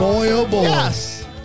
Yes